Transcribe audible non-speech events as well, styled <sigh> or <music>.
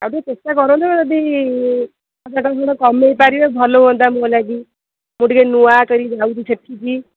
ଆଉ ଟିକେ ଚେଷ୍ଟା କରନ୍ତୁ ଯଦି <unintelligible> କମାଇ ପାରିବେ ଭଲ ହୁଅନ୍ତା ମୋ ଲାଗି ମୁଁ ଟିକେ ନୂଆ କରି ଯାଉଛି ସେଠିକି